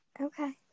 Okay